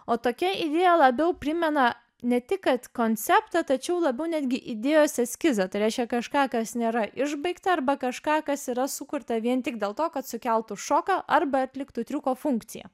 o tokia idėja labiau primena ne tik kad konceptą tačiau labiau netgi įdėjos eskizą tai reiškia kažką kas nėra išbaigta arba kažką kas yra sukurta vien tik dėl to kad sukeltų šoką arba atliktų triuko funkciją